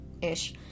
Ish